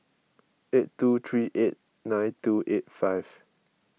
eight two three eight nine two eight five